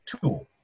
tool